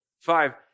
Five